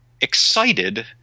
excited